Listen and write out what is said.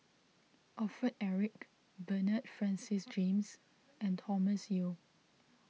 Alfred Eric Bernard Francis James and Thomas Yeo